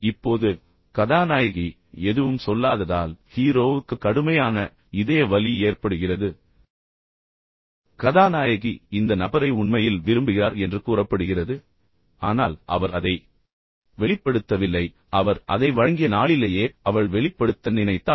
இப்போது கதாநாயகி எதுவும் சொல்லாததால் ஹீரோவுக்கு கடுமையான இதய வலி ஏற்படுகிறது பின்னர் கதாநாயகி இந்த நபரை உண்மையில் விரும்புகிறார் என்று கூறப்படுகிறது ஆனால் அவர் அதை வெளிப்படுத்தவில்லை ஏனெனில் அவர் அதை வழங்கிய நாளிலேயே அவள் வெளிப்படுத்த நினைத்தாள்